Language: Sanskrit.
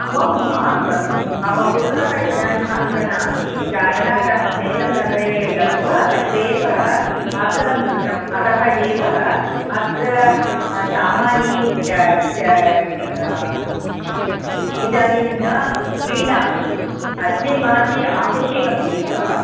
आम् आं भगिनि मम पुत्रः इदानीम् अत्र नास्ति इति कारणात् अहं सेलं नगरे गत्वा तत्रेव वासनं कृतम् अतः एव अत्र सामान्ये ग् ग् इदानीं न क्रीणामि अस्मिन् मासे आवश्यकम् एव